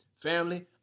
Family